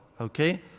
Okay